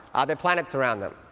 are there planets around them?